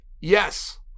Yes